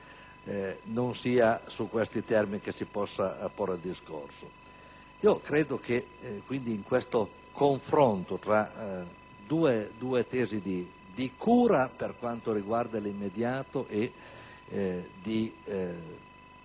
non sia su questi termini che si possa porre il discorso. Credo quindi che nel confronto fra due tesi di cura per quanto riguarda l'immediato e di